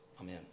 Amen